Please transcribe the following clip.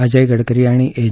अजय गडकरी आणि एन